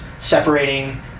separating